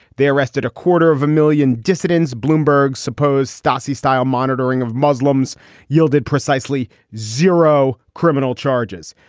they arrested a quarter of a million dissidents. bloomberg's supposed stasi style monitoring of muslims yielded precisely zero criminal charges,